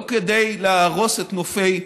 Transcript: לא כדי להרוס את נופי ארצנו.